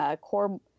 core